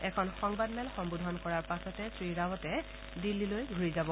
এখন সংবাদ মেলক সম্বোধন কৰাৰ পাছতে শ্ৰীৰাৱটে দিল্লীলৈ ঘূৰি যাব